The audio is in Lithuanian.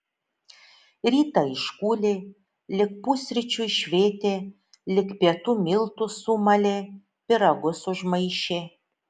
rytą iškūlė lig pusryčių išvėtė lig pietų miltus sumalė pyragus užmaišė